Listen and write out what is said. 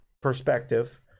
perspective